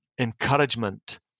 encouragement